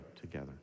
together